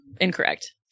Incorrect